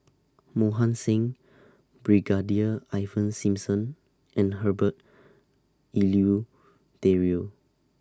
Mohan Singh Brigadier Ivan Simson and Herbert Eleuterio